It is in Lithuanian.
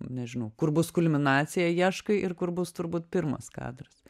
nežinau kur bus kulminacija ieškai ir kur bus turbūt pirmas kadras